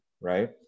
right